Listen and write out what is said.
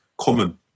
Common